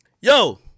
Yo